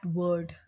word